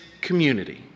community